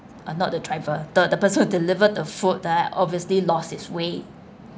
or not to the driver the the person who delivered the food ah obviously lost his way